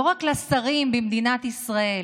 לא רק לשרים במדינת ישראל